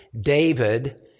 david